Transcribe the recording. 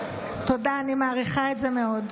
תודה, אני מעריכה את זה מאוד.